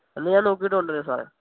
എന്നാല് ഞാൻ നോക്കിയിട്ടു കൊണ്ടുവരാം സാറേ